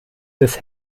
des